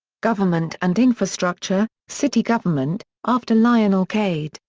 government and infrastructure city government after lionel cade,